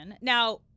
Now